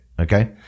Okay